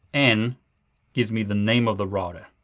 n gives me the name of the router.